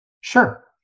Sure